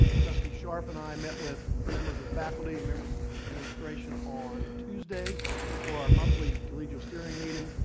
trustee sharp and i met with members of the faculty and members of the administration on tuesday for our monthly collegial steering meeting.